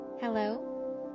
Hello